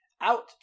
out